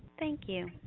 thank you.